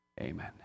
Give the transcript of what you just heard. amen